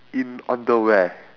in on the where